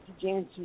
james